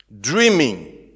dreaming